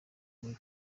muri